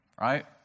right